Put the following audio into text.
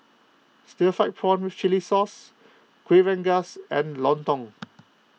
Stir Fried Prawn with Chili Sauce Kuih Rengas and Lontong